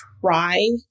try